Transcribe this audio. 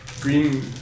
Green